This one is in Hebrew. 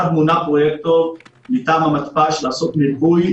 אחד, מונה פרויקטור מטעם המתפ"ש לעשות מיפוי